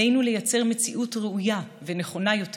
עלינו לייצר מציאות ראויה ונכונה יותר